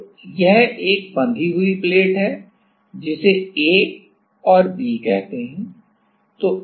तो यह एक बंधी हुई प्लेट है जिसे A और B कहते हैं